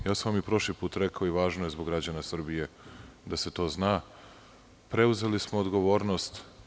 I prošli put sam vam rekao i važno je zbog građana Srbije da se to zna – preuzeli smo odgovornost.